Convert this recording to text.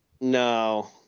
No